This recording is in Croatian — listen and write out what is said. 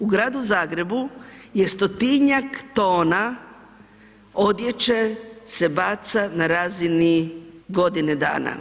U Gradu Zagrebu je 100-tinjak tona odjeće se baca na razini godine dana.